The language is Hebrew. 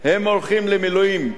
הם הולכים למילואים חודש,